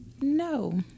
no